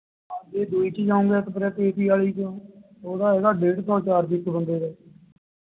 ਜੇ ਦੂਜੀ 'ਚ ਜਾਵੋਂਗੇ ਐਕਸਪ੍ਰੇਸ ਏ ਸੀ ਵਾਲੀ 'ਚ ਉਹਦਾ ਹੈਗਾ ਡੇਢ ਸੌ ਚਾਰਜ ਇੱਕ ਬੰਦੇ ਦਾ